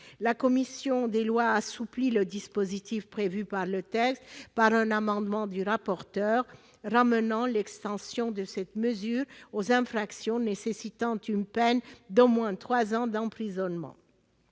La commission des lois a assoupli le dispositif prévu dans le texte au travers d'un amendement du rapporteur visant à cantonner l'extension de cette mesure aux infractions punies d'une peine d'au moins trois ans d'emprisonnement.